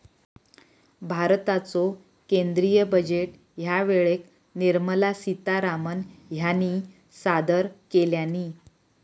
भारताचो केंद्रीय बजेट ह्या वेळेक निर्मला सीतारामण ह्यानी सादर केल्यानी